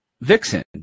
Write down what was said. Vixen